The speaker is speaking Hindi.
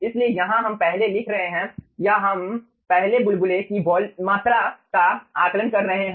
इसलिए यहां हम पहले लिख रहे हैं या हम पहले बुलबुले की मात्रा का आकलन कर रहे हैं